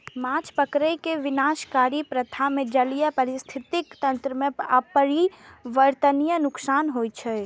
माछ पकड़ै के विनाशकारी प्रथा मे जलीय पारिस्थितिकी तंत्र कें अपरिवर्तनीय नुकसान होइ छै